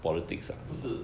不是